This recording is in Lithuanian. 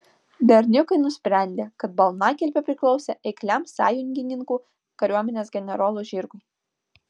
berniukai nusprendė kad balnakilpė priklausė eikliam sąjungininkų kariuomenės generolo žirgui